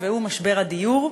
משבר הדיור.